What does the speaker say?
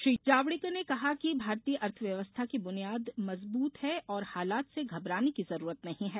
श्री जावड़ेकर ने कहा कि भारतीय अर्थव्यवस्था की बुनियाद मजबूत है और हालात से घबराने की जरूरत नहीं है